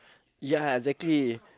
ya exactly